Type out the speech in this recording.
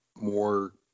more